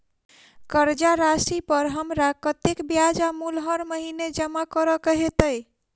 कर्जा राशि पर हमरा कत्तेक ब्याज आ मूल हर महीने जमा करऽ कऽ हेतै?